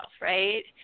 right